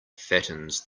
fattens